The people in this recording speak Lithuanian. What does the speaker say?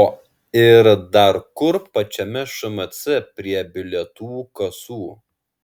o ir dar kur pačiame šmc prie bilietų kasų